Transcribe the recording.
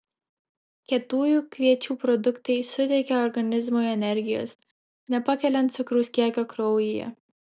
kietųjų kviečių produktai suteikia organizmui energijos nepakeliant cukraus kiekio kraujyje